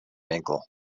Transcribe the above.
winkel